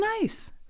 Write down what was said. nice